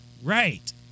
Right